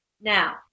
Now